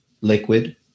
liquid